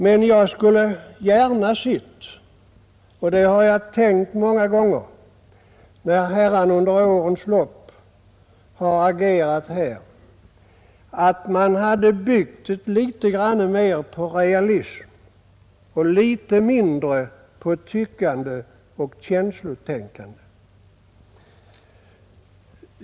Men jag hade gärna sett — och det har jag tänkt många gånger under årens lopp när herrarna agerat här — att man hade byggt litet mera på realism och litet mindre på tyckande och känslotänkande.